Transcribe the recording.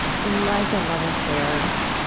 like a love affair,